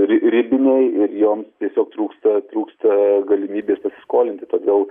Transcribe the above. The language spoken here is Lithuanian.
ri ribiniai ir joms tiesiog trūksta trūksta galimybės pasiskolinti todėl